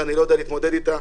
שאני לא יודע להתמודד איתה.